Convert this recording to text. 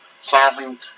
solving